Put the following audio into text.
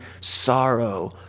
sorrow